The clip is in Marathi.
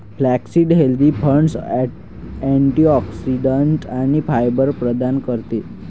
फ्लॅक्ससीड हेल्दी फॅट्स, अँटिऑक्सिडंट्स आणि फायबर प्रदान करते